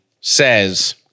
says